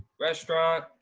restaurant,